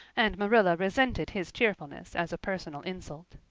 and marilla resented his cheerfulness as a personal insult.